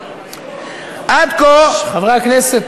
עד כה, חברי הכנסת,